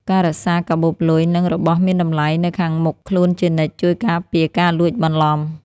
ការរក្សាកាបូបលុយ និងរបស់មានតម្លៃនៅខាងមុខខ្លួនជានិច្ច ជួយការពារការលួចបន្លំ។